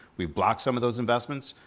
we've blocked some of those investments.